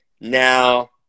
now